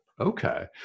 Okay